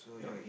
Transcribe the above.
no